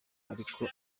ariko